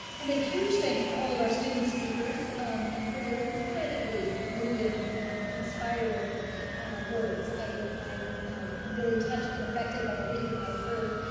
and a huge thanks to all of our student speakers um and for your incredibly moving and inspiring words. i'm i'm really touched and affected by everything i've heard.